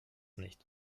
nicht